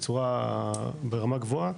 ברמה גבוהה,